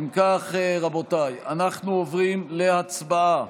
אם כך, רבותיי, אנחנו עוברים להצבעה